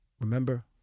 Remember